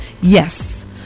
Yes